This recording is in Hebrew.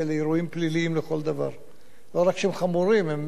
לא רק שהם חמורים, הם פליליים לכל דבר.